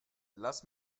lass